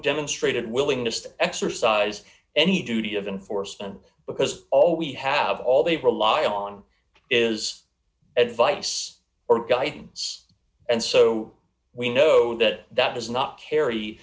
demonstrated willingness to exercise any duty of enforcement because all we have all they rely on is advice or guidance and so we know that that does not carry